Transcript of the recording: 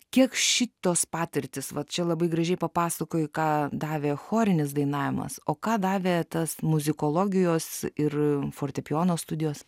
kiek šitos patirtys vat čia labai gražiai papasakojai ką davė chorinis dainavimas o ką davė tas muzikologijos ir fortepijono studijos